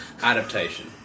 adaptation